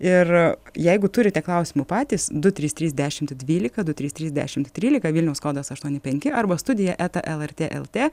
ir jeigu turite klausimų patys du trys trys dešim dvylika du trys trys dešim trylika vilniaus kodas aštuoni penki arba studija eta lrt lt